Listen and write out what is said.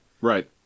right